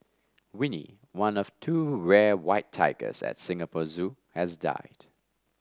Winnie one of two rare white tigers at Singapore Zoo has died